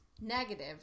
negative